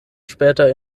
später